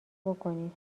بکنی